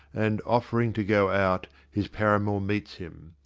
and, offering to go out, his paramour meets him.